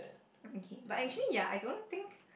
mm kay but actually yeah I don't think